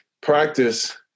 practice